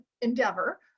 endeavor